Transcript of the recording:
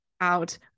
out